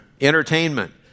Entertainment